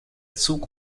zug